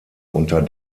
unter